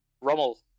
Rommel